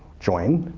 join.